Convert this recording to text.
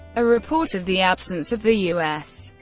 a report of the absence of the u s.